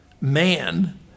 man